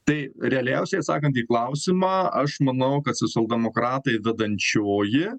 tai realiausiai atsakant į klausimą aš manau kad socialdemokratai vedančioji